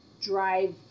drive